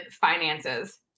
finances